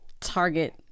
target